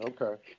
Okay